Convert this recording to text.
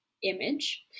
image